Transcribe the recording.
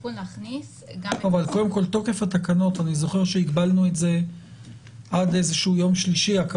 אבל תוקף התקנות אני זוכר שהגבלנו את זה עד איזשהו יום שלישי.